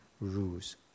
rules